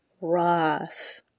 rough